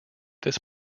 this